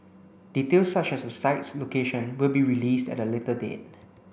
details such as the site's location will be released at a later date